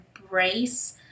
embrace